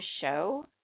show